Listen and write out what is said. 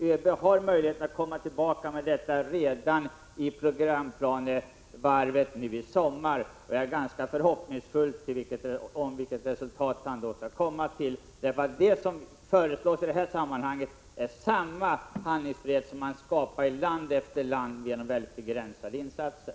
ÖB har möjlighet att komma tillbaka med detta redan i programplaneringsomgången i sommar. Jag är ganska förhoppningsfull beträffande det resultat som han då skall komma fram till. Det som kan föreslås i detta sammanhang är samma handlingsfrihet som skapas i land efter land genom mycket begränsade insatser.